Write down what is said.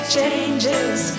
changes